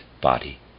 body